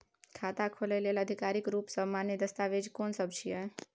खाता खोले लेल आधिकारिक रूप स मान्य दस्तावेज कोन सब छिए?